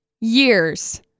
years